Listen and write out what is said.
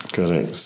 Correct